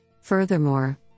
Furthermore